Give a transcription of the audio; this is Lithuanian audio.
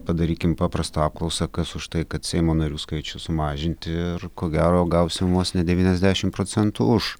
padarykim paprastą apklausą kas už tai kad seimo narių skaičių sumažint ir ko gero gausim vos ne devyniasdešimt procentų už